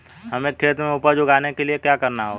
हमें खेत में उपज उगाने के लिये क्या करना होगा?